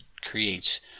creates